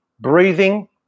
breathing